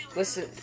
listen